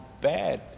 bad